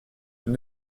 elle